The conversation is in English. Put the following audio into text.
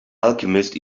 alchemist